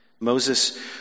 Moses